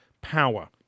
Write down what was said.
power